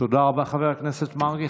תודה רבה, חבר הכנסת מרגי.